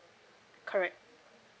correct